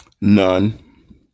None